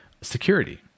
security